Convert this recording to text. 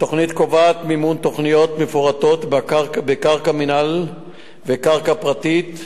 התוכנית קובעת מימון תוכניות מפורטות בקרקע מינהל וקרקע פרטית,